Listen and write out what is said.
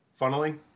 Funneling